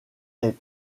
est